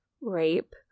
rape